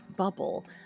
Bubble